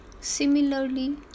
Similarly